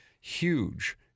Huge